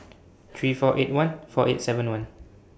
three four eight one four eight seven one